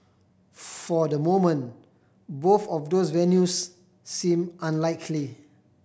for the moment both of those venues seem unlikely